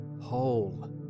whole